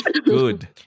Good